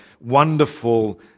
wonderful